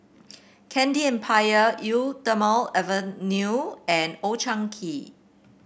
Candy Empire Eau Thermale Avene and Old Chang Kee